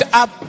up